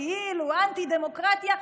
כאילו אנטי-דמוקרטיה,